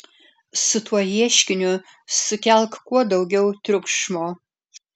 su tuo ieškiniu sukelk kuo daugiau triukšmo